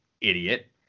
Idiot